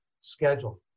schedule